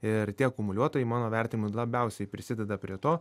ir tie akumuliuotojai mano vertinimu labiausiai prisideda prie to